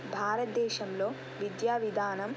భారతదేశంలో విద్యా విధానం